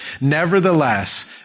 Nevertheless